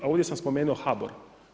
A ovdje sam spomenuo HBOR.